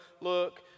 look